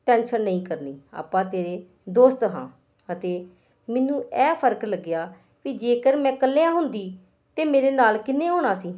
tension ਨਹੀਂ ਕਰਨੀ ਆਪਾਂ ਤੇਰੇ ਦੋਸਤ ਹਾਂ ਅਤੇ ਮੈਨੂੰ ਇਹ ਫਰਕ ਲੱਗਿਆ ਵੀ ਜੇਕਰ ਮੈਂ ਇਕੱਲਿਆਂ ਹੁੰਦੀ ਅਤੇ ਮੇਰੇ ਨਾਲ ਕਿਹਨੇ ਹੋਣਾ ਸੀ